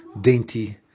dainty